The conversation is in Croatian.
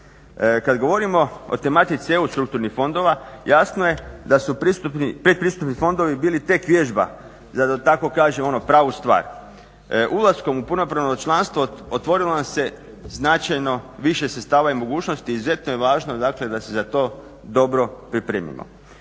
Kada govorimo o tematici EU strukturnih fondova jasno je da su predpristupni fondovi bili tek vježba za pravu stvar. Ulaskom u punopravno članstvo otvorilo nam se značajno više sredstava i mogućnosti i izuzetno je važno da se za to dobro pripremimo.